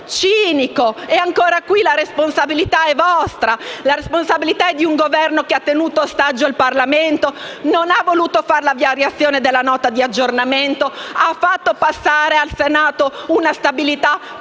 E ancora qui la responsabilità è vostra. La responsabilità è di un Governo che ha tenuto in ostaggio il Parlamento che non ha voluto fare la variazione della Nota di aggiornamento, ha fatto passare al Senato una legge di stabilità con la